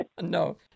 No